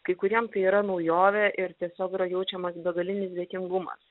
kai kuriem tai yra naujovė ir tiesiog yra jaučiamas begalinis dėkingumas